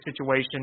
situation